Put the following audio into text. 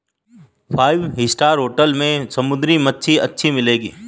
five star hotel में समुद्री मछली अच्छी मिलेंगी